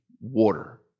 water